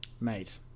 mate